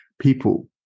people